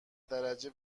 درجه